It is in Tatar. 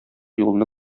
юлны